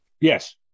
Yes